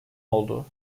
oldu